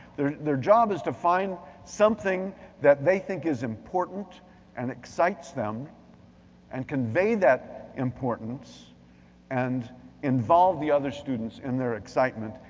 they're they're job is to find something that they think is important and excites them and convey that importance and involve the other students in their excitement.